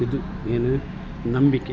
ಇದು ಏನು ನಂಬಿಕೆ